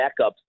backups